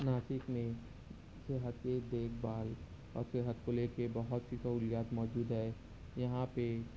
ناسک میں صحتی دیکھ بھال اور صحت کو لے کے بہت سی سہولیات موجود ہے یہاں پہ